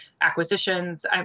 acquisitions